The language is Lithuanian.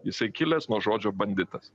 jisai kilęs nuo žodžio banditas